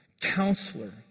counselor